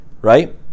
right